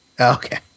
okay